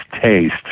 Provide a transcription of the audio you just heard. taste